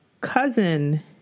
cousin